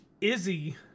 Izzy